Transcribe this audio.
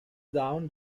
down